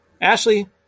Ashley